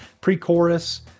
pre-chorus